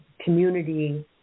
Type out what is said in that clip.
community